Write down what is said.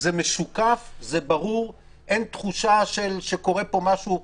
זה משוקף, זה ברור, אין תחושה שקורה פה משהו.